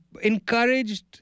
encouraged